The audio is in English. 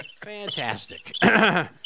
Fantastic